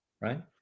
right